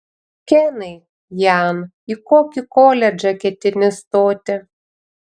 kenai jan į kokį koledžą ketini stoti